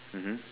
mmhmm